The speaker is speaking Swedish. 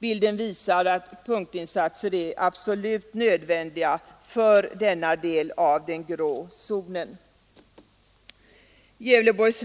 Bilden visar att punktinsatser är absolut nödvändiga för denna del av den grå zonen. Gävleborgs